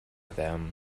them